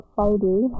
Friday